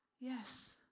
Yes